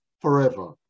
forever